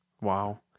Wow